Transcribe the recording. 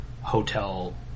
hotel